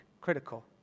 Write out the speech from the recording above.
critical